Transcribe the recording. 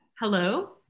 Hello